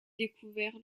découvert